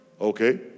Okay